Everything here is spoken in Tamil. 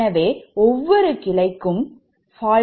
எனவே ஒவ்வொரு கிளைக்கும் உள்ளது I24